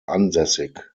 ansässig